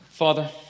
Father